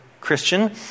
Christian